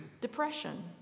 depression